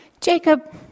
Jacob